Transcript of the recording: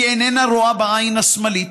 היא איננה רואה בעין השמאלית,